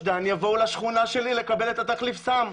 דן יבואו לשכונה שלי לקבל את תחליף הסם.